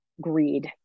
greed